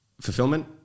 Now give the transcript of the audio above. fulfillment